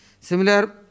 Similar